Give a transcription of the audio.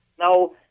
Now